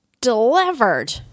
delivered